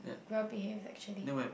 well behaved actually